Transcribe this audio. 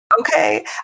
okay